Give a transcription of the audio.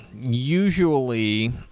usually